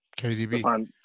KDB